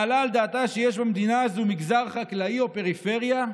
מעלה על דעתה שיש במדינה הזו מגזר חקלאי או פריפריה?